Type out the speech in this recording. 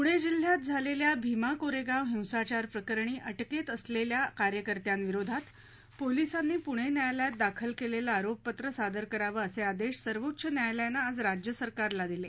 पूणे जिल्ह्यात झालेल्या भीमा कोरेगाव हिंसाचार प्रकरणी अटकेत असलेल्या कार्यकर्त्यांविरोधात पोलिसांनी पूणे न्यायालयात दाखल केलेलं आरोपपत्र सादर करावं असे आदेश सर्वोच्च न्यायालयानं आज राज्य सरकारला दिले